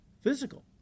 physical